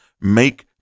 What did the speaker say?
make